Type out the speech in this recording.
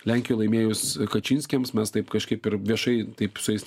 lenkijai laimėjus kačinskiams mes taip kažkaip ir viešai taip su jais